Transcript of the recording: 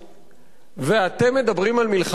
ואתם מדברים על מלחמה באירן?